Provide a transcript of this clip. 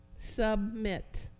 Submit